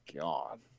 God